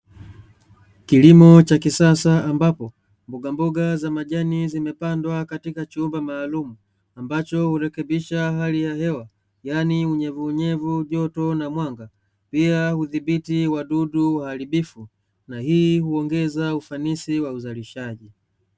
Kilimo cha kisasa ambapo mbogamboga za majani zimepandwa katika chumba maalumu ambacho hurekebisha hali ya hewa yaani unyevu unyevu, joto na mwanga pia kudhibiti wadudu waharibifu na hii huongeza ufanisi wa uzalishaji.